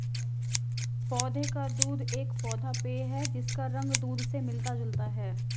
पौधे का दूध एक पौधा पेय है जिसका रंग दूध से मिलता जुलता है